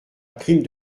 prime